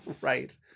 Right